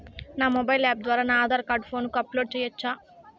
నా mobile app ద్వారా నా ఆధార్ కార్డు ఫోటోను అప్లోడ్ సేయొచ్చా?